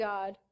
God